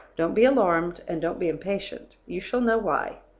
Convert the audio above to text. don't be alarmed, and don't be impatient you shall know why.